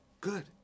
good